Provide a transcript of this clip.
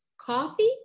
Coffee